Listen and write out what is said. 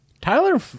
Tyler